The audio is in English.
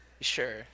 Sure